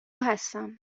هستم